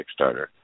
Kickstarter